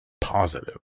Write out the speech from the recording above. positive